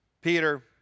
Peter